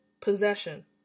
possession